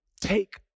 take